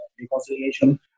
reconciliation